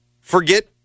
forget